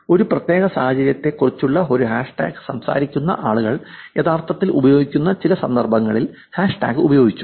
ഒരു പ്രത്യേക സാഹചര്യത്തെക്കുറിച്ചുള്ള ഈ ഹാഷ്ടാഗ് സംസാരിക്കുന്ന ആളുകൾ യഥാർത്ഥത്തിൽ ഉപയോഗിക്കുന്ന ചില സന്ദർഭങ്ങളിൽ ഹാഷ്ടാഗ് ഉപയോഗിച്ചു